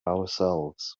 ourselves